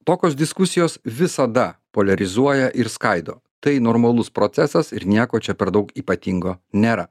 tokios diskusijos visada poliarizuoja ir skaido tai normalus procesas ir nieko čia per daug ypatingo nėra